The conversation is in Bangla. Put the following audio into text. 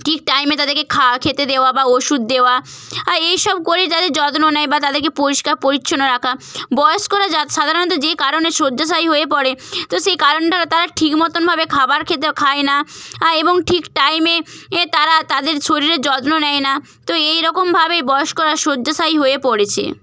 ঠিক টাইমে তাদেরকে খেতে দেওয়া বা ওষুধ দেওয়া এই সব করেই তাদের যত্ন নেয় বা তাদেরকে পরিষ্কার পরিচ্ছন্ন রাখা বয়স্করা যা সাধারণত যে কারণে শয্যাশায়ী হয়ে পড়ে তো সেই কারণটা তারা ঠিক মতনভাবে খাবার খেতে খায় না এবং ঠিক টাইমে এ তারা তাদের শরীরের যত্ন নেয় না তো এই রকমভাবেই বয়স্করা শয্যাশায়ী হয়ে পড়েছে